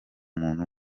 muntu